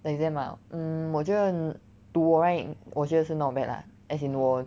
the exam ah um 我觉得 um 读 right 我觉得是 not bad lah as in 我